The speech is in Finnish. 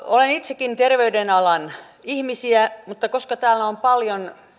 olen itsekin terveyden alan ihmisiä mutta koska täällä on paljon